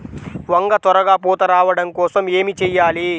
వంగ త్వరగా పూత రావడం కోసం ఏమి చెయ్యాలి?